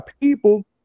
people